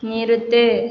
நிறுத்து